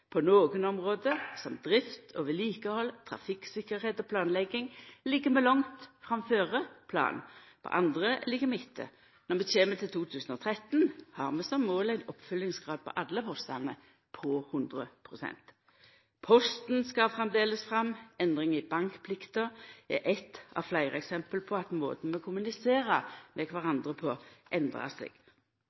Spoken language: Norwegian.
På nokre område, som drift og vedlikehald, trafikktryggleik og planlegging, ligg vi langt framfor planen. På andre ligg vi etter. Når vi kjem til 2013, har vi som mål ein oppfyllingsgrad på alle postane på 100 pst. Posten skal framleis fram. Endring i bankplikta er eitt av fleire eksempel på at måten vi kommuniserer med kvarandre på, endrar seg.